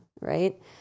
right